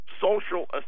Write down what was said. social